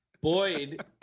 Boyd